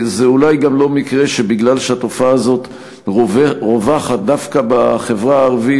זה אולי גם לא מקרה שבגלל שהתופעה הזאת רווחת דווקא בחברה הערבית,